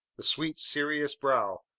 the sweet, serious brow,